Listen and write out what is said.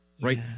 right